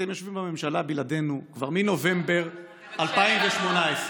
אתם יושבים בממשלה בלעדינו כבר מנובמבר 2018. וכשישבת,